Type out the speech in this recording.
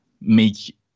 make